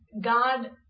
God